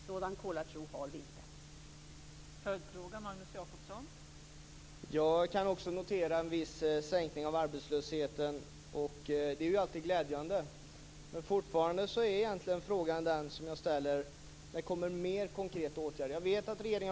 Sådan kolartro har vi inte.